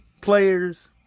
players